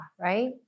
right